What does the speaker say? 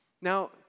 Now